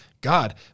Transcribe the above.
God